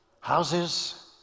houses